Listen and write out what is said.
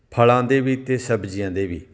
ਫਲਾਂ ਦੇ ਵੀ ਅਤੇ ਸਬਜ਼ੀਆਂ ਦੇ ਵੀ